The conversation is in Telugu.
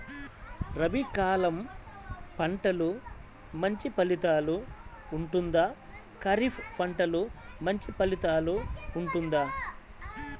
రబీ కాలం పంటలు మంచి ఫలితాలు ఉంటుందా? ఖరీఫ్ పంటలు మంచి ఫలితాలు ఉంటుందా?